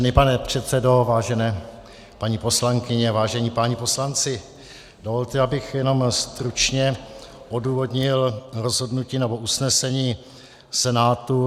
Vážený pane předsedo, vážené paní poslankyně, vážení páni poslanci, dovolte, abych jenom stručně odůvodnil rozhodnutí, nebo usnesení Senátu.